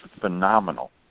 phenomenal